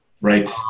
Right